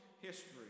history